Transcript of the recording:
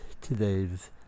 today's